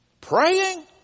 Praying